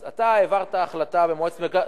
אז אתה העברת החלטה במועצת מקרקעי,